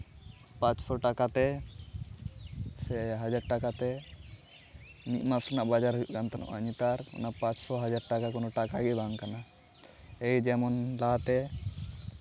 ᱯᱟᱥᱥᱳ ᱴᱟᱠᱟ ᱛᱮ ᱥᱮ ᱦᱟᱡᱟᱨ ᱴᱟᱠᱟᱛᱮ ᱢᱤᱫ ᱢᱟᱥ ᱨᱮᱱᱟᱜ ᱵᱟᱡᱟᱨ ᱦᱩᱭᱩᱜ ᱠᱟᱱ ᱛᱟᱦᱮᱱᱟ ᱱᱮᱛᱟᱨ ᱚᱱᱟ ᱯᱟᱥᱥᱳ ᱦᱟᱡᱟᱨ ᱴᱟᱠᱟ ᱠᱚᱱᱚ ᱴᱟᱠᱟ ᱜᱮ ᱵᱟᱝ ᱠᱟᱱᱟ ᱮᱭ ᱡᱮᱢᱚᱱ ᱞᱟᱦᱟᱛᱮ